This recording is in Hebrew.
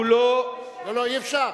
לא, לא, אי-אפשר.